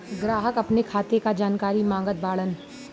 ग्राहक अपने खाते का जानकारी मागत बाणन?